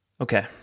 Okay